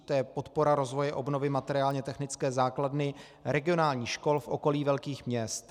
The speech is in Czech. To je Podpora rozvoje obnovy materiálně technické základny regionálních škol v okolí velkých měst.